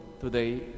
today